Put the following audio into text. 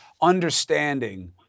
understanding